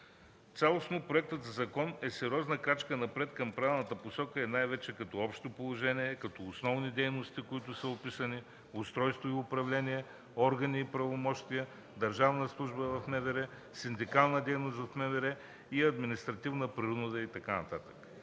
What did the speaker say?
законопроектът е сериозна крачка напред към правилната посока, и най-вече като общо положение, като основни дейности, които са описани, устройство и управление, органи и правомощия, държавна служба в МВР, синдикална дейност в МВР, административна принуда и така